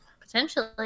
Potentially